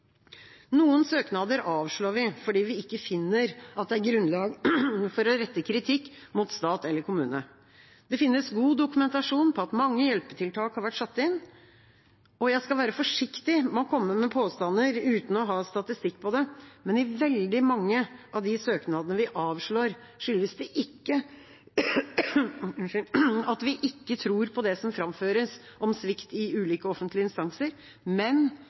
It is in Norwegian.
Noen søknader avslår vi fordi vi ikke finner at det er grunnlag for å rette kritikk mot stat eller kommune. Det finnes god dokumentasjon på at mange hjelpetiltak har vært satt inn. Jeg skal være forsiktig med å komme med påstander uten å ha statistikk over det, men i veldig mange av de søknadene vi avslår, skyldes det ikke at vi ikke tror på det som framføres om svikt i ulike offentlige instanser, men